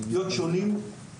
ממדינות ה-OECD,